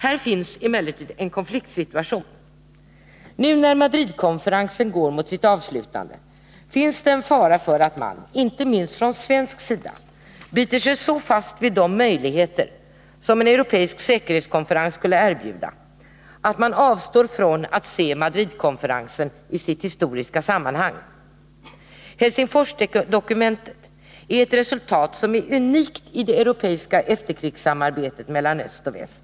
Här finns emellertid en konfliktsituation. Nu när Madridkonferensen går mot sitt avslutande ligger det en fara i att man —- inte minst från svensk sida — biter sig så fast vid de möjligheter som en europeisk säkerhetskonferens skulle erbjuda, att man avstår från att se Madridkonferensen i dess historiska sammanhang. Helsingforsdokumentet är ett resultat som är unikt i det europeiska efterkrigssamarbetet mellan öst och väst.